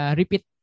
repeat